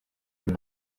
kuri